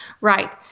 right